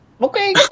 Okay